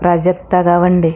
Prajakta Gawande